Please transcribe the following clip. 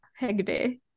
Hegde